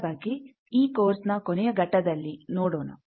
ಇದರ ಬಗ್ಗೆ ಈ ಕೋರ್ಸ್ ನ ಕೊನೆಯ ಘಟ್ಟದಲ್ಲಿ ನೋಡೋಣ